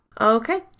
Okay